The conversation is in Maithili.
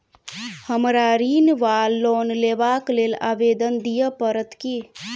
हमरा ऋण वा लोन लेबाक लेल आवेदन दिय पड़त की?